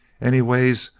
anyways,